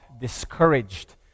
discouraged